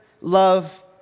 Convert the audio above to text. love